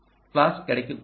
flash கிடைக்கக் கூடும்